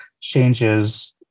changes